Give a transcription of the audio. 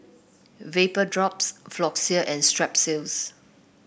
Vapodrops Floxia and Strepsils